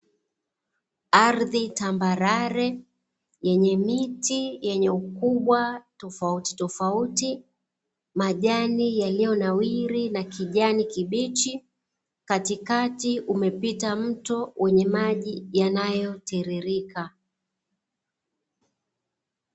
Ardhi tambarare, yenye miti yenye ukubwa tofautitofauti, majani yaliyonawiri na kijani kibichi, katikati umepita mto wenye maji yanayotiririka.